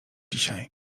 dzisiaj